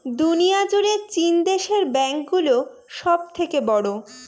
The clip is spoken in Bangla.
দুনিয়া জুড়ে চীন দেশের ব্যাঙ্ক গুলো সব থেকে বড়ো